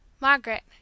Margaret